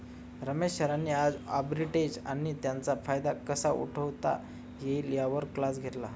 रमेश सरांनी आज आर्बिट्रेज आणि त्याचा फायदा कसा उठवता येईल यावर क्लास घेतला